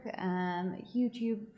YouTube